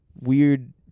weird